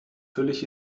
völlig